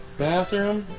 bathroom